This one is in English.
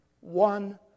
one